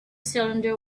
cylinder